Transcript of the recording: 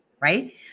right